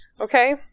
okay